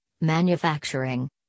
manufacturing